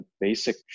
basic